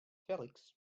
felix